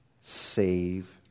Save